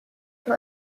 von